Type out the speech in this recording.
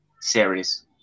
series